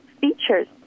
features